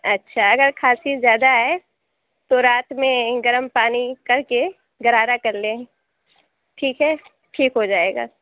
اچھا اگر کھانسی زیادہ آئے تو رات میں گرم پانی کر کے غرارہ کر لیں ٹھیک ہے ٹھیک ہو جائے گا